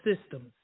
systems